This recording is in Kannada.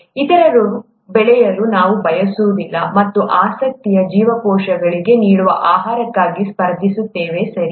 ಇತರರು ಬೆಳೆಯಲು ನಾವು ಬಯಸುವುದಿಲ್ಲ ಮತ್ತು ಆಸಕ್ತಿಯ ಜೀವಕೋಶಗಳಿಗೆ ನೀಡುವ ಆಹಾರಕ್ಕಾಗಿ ಸ್ಪರ್ಧಿಸುತ್ತೇವೆ ಸರಿ